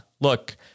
Look